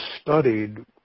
studied